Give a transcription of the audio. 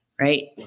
right